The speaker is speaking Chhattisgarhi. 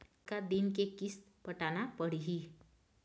कतका दिन के किस्त पटाना पड़ही?